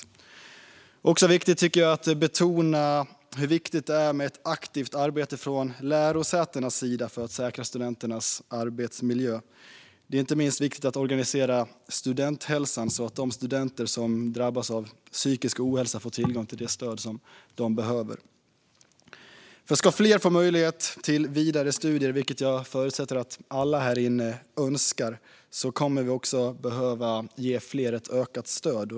Det är också viktigt att betona vikten av ett aktivt arbete från lärosätenas sida för att säkra studenternas arbetsmiljö. Det är inte minst viktigt att organisera studenthälsan så att de studenter som drabbas av psykisk ohälsa får tillgång till det stöd de behöver. Om fler ska få möjlighet till vidare studier, vilket jag förutsätter att alla här inne önskar, kommer vi också att behöva ge fler ett ökat stöd.